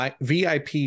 vip